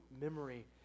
memory